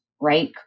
right